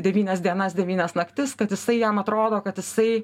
devynias dienas devynias naktis kad jisai jam atrodo kad jisai